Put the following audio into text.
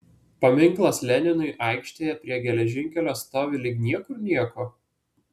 paminklas leninui aikštėje prie geležinkelio stovi lyg niekur nieko